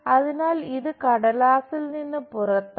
അതിനാൽ ഇത് കടലാസിൽ നിന്ന് പുറത്താണ്